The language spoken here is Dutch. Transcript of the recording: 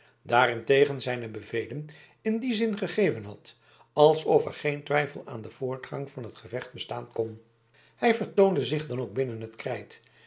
daarentegen zijne bevelen in dien zin gegeven had alsof er geen twijfel aan den voortgang van het gevecht bestaan kon hij vertoonde zich dan ook binnen het krijt